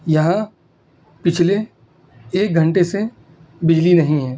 یہاں پچھلے ایک گھنٹے سے بجلی نہیں ہے